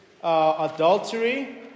Adultery